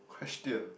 question